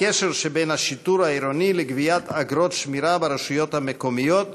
הקשר בין השיטור העירוני לגביית אגרות שמירה ברשויות המקומיות.